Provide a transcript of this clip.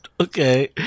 Okay